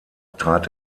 trat